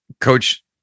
Coach